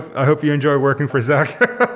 i hope you enjoy working for zuck.